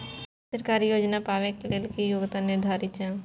सरकारी योजना पाबे के लेल कि योग्यता निर्धारित छै?